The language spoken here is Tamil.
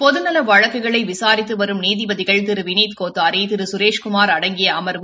பொதுநல வழக்குகளை விசாரித்து வரும் நீதிபதிகள் திரு வினித்கோத்தாரி திரு சுரேஷ்குமார் அடங்கிய அமாவு